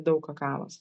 daug kakavos